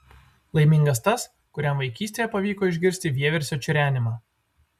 laimingas tas kuriam vaikystėje pavyko išgirsti vieversio čirenimą